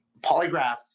Polygraph